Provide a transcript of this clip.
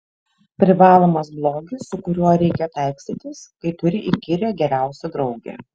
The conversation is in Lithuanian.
privalomas blogis su kuriuo reikia taikstytis kai turi įkyrią geriausią draugę